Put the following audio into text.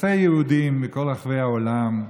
אלפי יהודים מכל רחבי העולם,